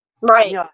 Right